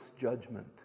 judgment